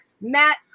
Matt